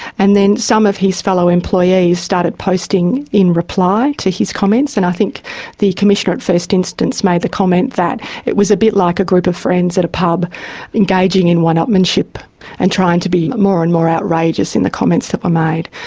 and then some of his fellow employees started posting in reply to his comments, and i think the commissioner at first instance made the comment that it was a bit like a group of friends at a pub engaging in one-upmanship and trying to be more and more outrageous in the comments that were made.